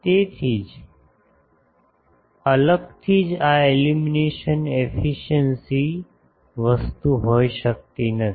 તેથી તેથી જ અલગથી આ એલ્યુમિનેશન એફિસિએંસી વસ્તુ હોઈ શકતી નથી